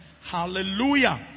Hallelujah